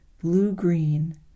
blue-green